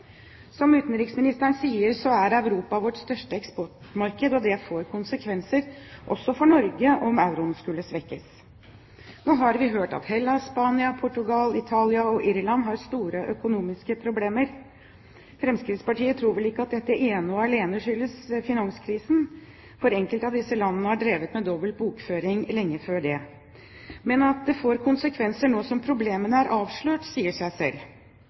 Som utenriksministeren sier, er Europa vårt største eksportmarked, og det får konsekvenser også for Norge om euroen skulle svekkes. Nå har vi hørt at Hellas, Spania, Portugal, Italia og Irland har store økonomiske problemer. Fremskrittspartiet tror vel ikke at dette ene og alene skyldes finanskrisen, for enkelte av disse landene har drevet med dobbel bokføring lenge før det. Men at det får konsekvenser nå som problemene er avslørt, sier seg selv.